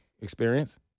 Experience